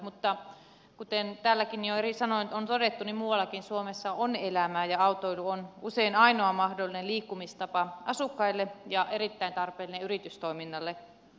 mutta kuten täälläkin jo eri sanoin on todettu niin muuallakin suomessa on elämää ja autoilu on usein ainoa mahdollinen liikkumistapa asukkaille ja erittäin tarpeellinen yritystoiminnalle